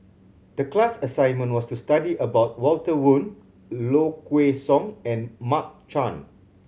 the class assignment was to study about Walter Woon Low Kway Song and Mark Chan